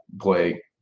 play